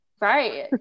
right